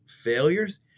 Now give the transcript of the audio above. failures